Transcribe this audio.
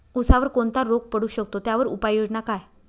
ऊसावर कोणता रोग पडू शकतो, त्यावर उपाययोजना काय?